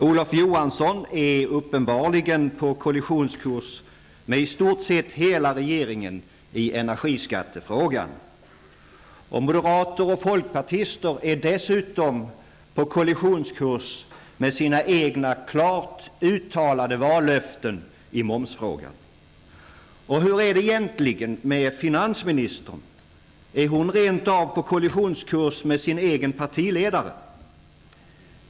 Olof Johansson är uppenbarligen på kollisionskurs med i stort sett hela regeringen i energiskattefrågan. Moderater och folkpartister är dessutom på kollisionskurs med sina egna klart uttalade vallöften i momsfrågan. Och hur är det egentligen med finansministern? Är hon rentav på kollisionskurs med sin egen partiledare?